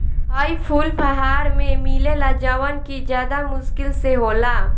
हई फूल पहाड़ में मिलेला जवन कि ज्यदा मुश्किल से होला